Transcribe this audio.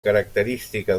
característica